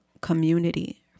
community